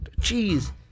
jeez